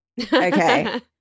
okay